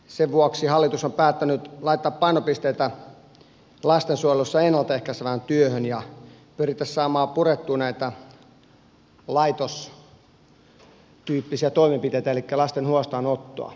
sen vuoksi hallitus on päättänyt laittaa painopistettä lastensuojelussa ennalta ehkäisevään työhön ja pyrittäisiin saamaan purettua näitä laitostyyppisiä toimenpiteitä elikkä lasten huostaanottoa